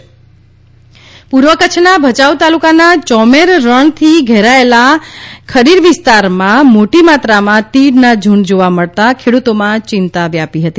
કચ્છ તીડ પૂર્વકચ્છના ભયાઉ તાલુકાના ચોમેર રણથી ઘેરાયેલા ખડી વિસ્તારમાં મોટી માત્રામાં તીડના ઝુંડ જોવા મળતાં ખેડૂતોમાં ચિંતા વ્યાપી હતી